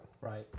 right